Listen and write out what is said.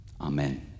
Amen